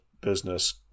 business